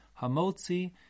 Hamotzi